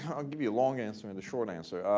i'll give you a long answer and the short answer,